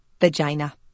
Vagina